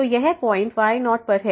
तो यह point y0 पर है